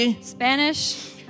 Spanish